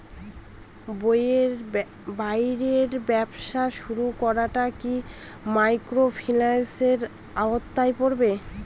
বইয়ের ব্যবসা শুরু করাটা কি মাইক্রোফিন্যান্সের আওতায় পড়বে?